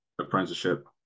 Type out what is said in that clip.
Apprenticeship